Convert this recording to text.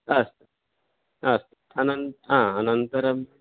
अस्तु हा अस्तु अनन्तरम् अनन्तरम्